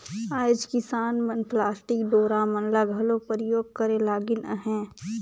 आएज किसान मन पलास्टिक डोरा मन ल घलो परियोग करे लगिन अहे